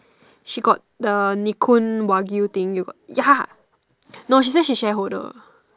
she got the nikoon wagyu thing you got ya no she say she shareholder